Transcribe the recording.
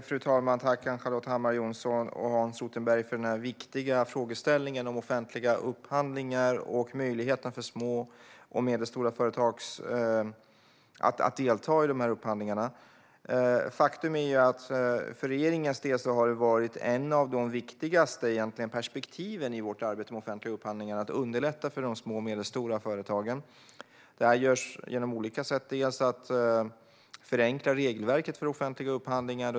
Fru talman! Tack till Ann-Charlotte Hammar Johnsson och Hans Rothenberg för den viktiga frågeställningen om offentliga upphandlingar och möjligheten för små och medelstora företag att delta i dessa upphandlingar. Faktum är att för regeringens del har ett av de viktigaste perspektiven i vårt arbete med offentliga upphandlingar varit att underlätta för de små och medelstora företagen. Det görs på olika sätt, bland annat genom en förenkling av regelverket för offentliga upphandlingar.